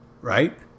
Right